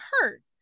hurt